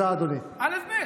אלף-בית.